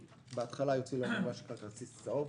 בהתחלה יוציאו לנו מה שנקרא כרטיס צהוב,